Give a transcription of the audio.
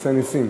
מעשה נסים.